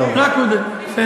רק הוא דתי.